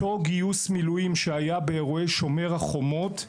אותו גיוס מילואים שהיה באירועי "שומר החומות",